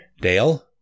Dale